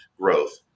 growth